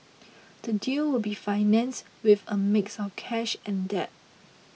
the deal will be financed with a mix of cash and debt